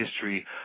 history